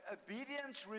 obedience